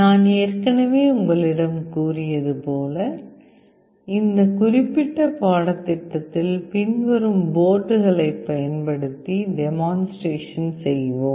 நான் ஏற்கனவே உங்களிடம் கூறியது போல இந்த குறிப்பிட்ட பாடத்திட்டத்தில் பின்வரும் போர்டுகளைப் பயன்படுத்தி டெமான்ஸ்ட்ரேஷன் செய்வோம்